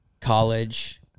college